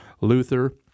Luther